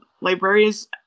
libraries